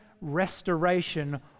restoration